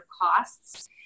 costs